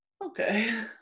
okay